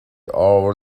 our